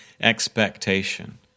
expectation